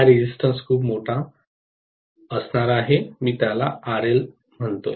हा प्रतिकार खूप मोठा मूल्य असणार आहे मी त्याला आरएल म्हणतो